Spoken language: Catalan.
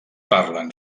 parlen